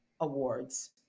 Awards